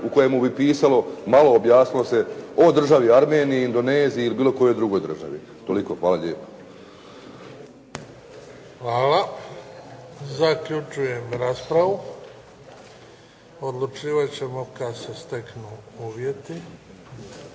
u kojem bi pisalo malo objasnilo se o državi Armeniji, Indoneziji ili bilo kojoj drugoj državi. Toliko. Hvala lijepa. **Bebić, Luka (HDZ)** Hvala. Zaključujem raspravu. Odlučivat ćemo kad se steknu uvjeti.